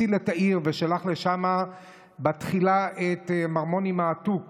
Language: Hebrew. הציל את העיר ושלח לשם בתחילה את מר מוני מעתוק